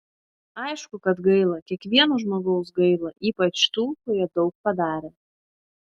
aišku kad gaila kiekvieno žmogaus gaila ypač tų kurie daug padarė